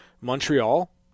Montreal